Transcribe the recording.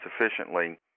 sufficiently